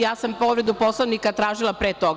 Ja sam povredu Poslovnika tražila pre toga.